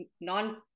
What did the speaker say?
non